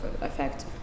effect